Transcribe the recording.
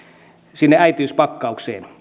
sinne äitiyspakkaukseen